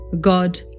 God